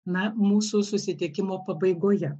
na mūsų susitikimo pabaigoje